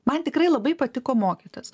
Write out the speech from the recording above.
man tikrai labai patiko mokytis